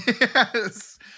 Yes